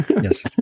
yes